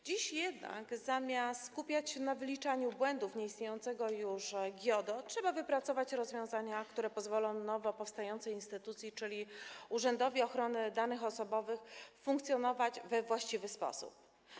Dziś jednak, zamiast skupiać się na wyliczaniu błędów nieistniejącego już GIODO, trzeba wypracować rozwiązania, które pozwolą nowo powstającej instytucji, czyli Urzędowi Ochrony Danych Osobowych, funkcjonować we właściwy sposób.